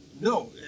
no